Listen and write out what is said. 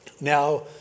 Now